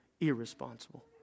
irresponsible